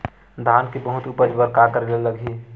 धान के बहुत उपज बर का करेला लगही?